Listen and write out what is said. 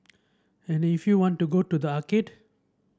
and if you want to go to the arcade